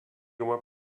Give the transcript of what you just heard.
uma